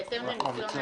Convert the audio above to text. ובהתאם לניסיון העבר.